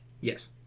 yes